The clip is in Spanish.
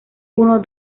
uno